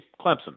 Clemson